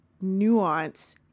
nuance